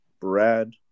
Brad